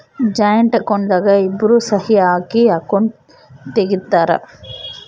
joint account ದಾಗ ಇಬ್ರು ಸಹಿ ಹಾಕಿ ಅಕೌಂಟ್ ತೆಗ್ದಿರ್ತರ್